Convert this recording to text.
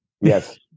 yes